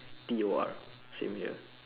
T O R same here